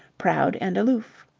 proud and aloof.